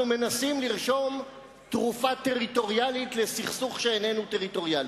אנחנו מנסים לרשום תרופה טריטוריאלית לסכסוך שאיננו טריטוריאלי.